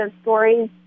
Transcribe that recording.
stories